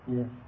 Yes